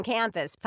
Campus